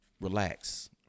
Relax